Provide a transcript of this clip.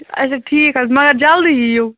اَچھا ٹھیٖک حظ مگر جلدی یِیِو